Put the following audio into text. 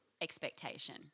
expectation